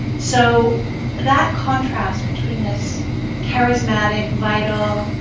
so that contrast between this charismatic, vital,